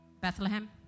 Bethlehem